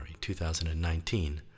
2019